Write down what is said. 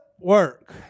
work